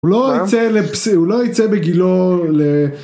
הוא לא יצא בגילו ל...